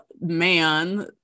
man